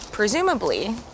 Presumably